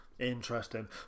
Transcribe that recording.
interesting